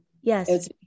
Yes